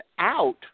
out